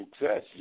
success